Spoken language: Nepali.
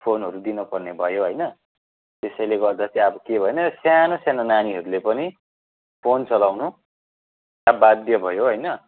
फोनहरू दिन पर्ने भयो होइन त्यसैले गर्दा चाहिँ अब के भने सानो सानो नानीहरूले पनि फोन चलाउनु अब बाध्य भयो होइन